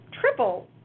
triple